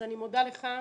אז אני מודה לך,